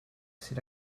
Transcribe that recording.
c’est